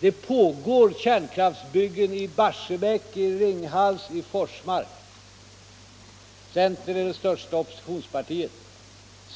Det pågår kärnkraftsbyggen i Barsebäck, i Ringhals, i Forsmark. Centern är det största oppositionspartiet.